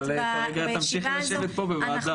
אבל כרגע תמשיכי לשבת פה בוועדה.